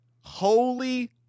holy